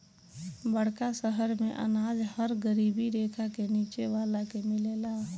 बड़का शहर मेंअनाज हर गरीबी रेखा के नीचे वाला के मिलेला